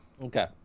Okay